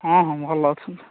ହଁ ହଁ ଭଲ ଅଛନ୍ତି